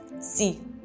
See